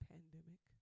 pandemic